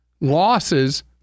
losses